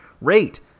rate